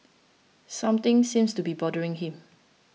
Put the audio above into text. something seems to be bothering him